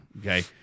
okay